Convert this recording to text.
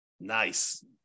Nice